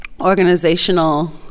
organizational